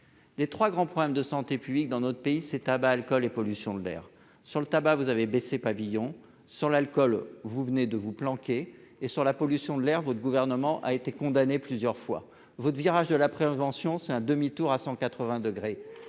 Les trois grands problèmes de santé publique dans notre pays sont le tabac, l'alcool et la pollution de l'air. Madame la ministre, sur le tabac, vous avez baissé le pavillon ; sur l'alcool, vous venez de vous planquer ; sur la pollution de l'air, votre gouvernement a été condamné plusieurs fois. Votre virage de la prévention est à 180 degrés